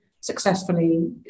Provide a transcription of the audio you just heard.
successfully